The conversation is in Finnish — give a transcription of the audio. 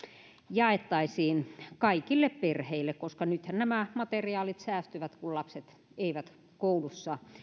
jaettaisiin kaikille perheille koska nythän nämä materiaalit säästyvät kun lapset eivät koulussa